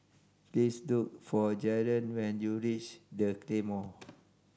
please look for Jaren when you reach The Claymore